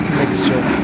mixture